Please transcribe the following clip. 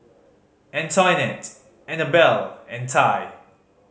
Antionette Annabell and Tai